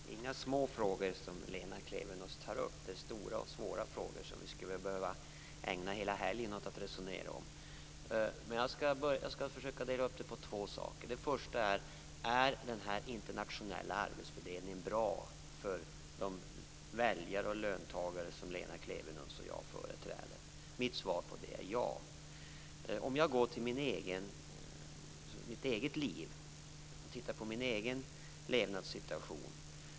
Fru talman! Det är inga små frågor som Lena Klevenås tar upp. Det är stora och svåra frågor som vi skulle behöva ägna hela helgen åt att resonera om. Jag skall försöka dela upp resonemanget på två saker. Den första frågan gäller om den internationella arbetsfördelningen är bra för de väljare och löntagare som Lena Klevenås och jag företräder. Mitt svar på det är ja. Jag kan gå till mitt eget liv och titta på min egen levnadssituation.